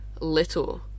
little